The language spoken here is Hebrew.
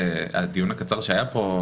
הדיון הקצר שהיה פה,